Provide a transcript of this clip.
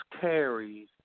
carries